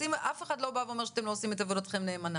אף אחד לא בא ואומר שאתם לא עושים את עבודתכם נאמנה.